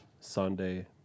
Sunday